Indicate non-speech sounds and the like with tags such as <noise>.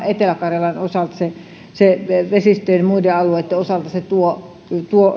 <unintelligible> etelä karjalan vesistöjen ja muiden alueiden osalta se tuo tuo